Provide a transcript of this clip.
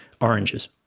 oranges